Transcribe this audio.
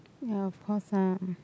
ya of course lah